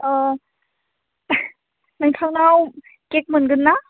अह नोंथांनाव खेक मोनगोन्ना